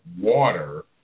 water